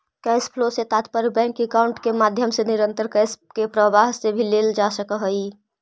cash flow से तात्पर्य bank account के माध्यम से निरंतर कैश के प्रवाह से भी लेल जा सकऽ हई